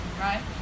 Right